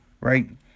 Right